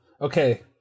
okay